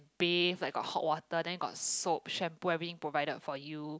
bath like got hot water then you got soap shampoo everything provided for you